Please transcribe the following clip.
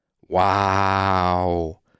Wow